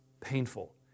painful